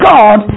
God